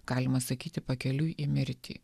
galima sakyti pakeliui į mirtį